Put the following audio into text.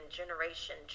generation